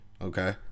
Okay